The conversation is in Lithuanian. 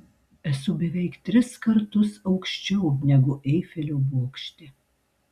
esu beveik tris kartus aukščiau negu eifelio bokšte